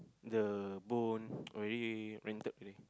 the bone already bended already